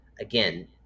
again